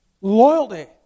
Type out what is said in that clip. Loyalty